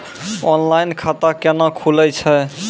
Online खाता केना खुलै छै?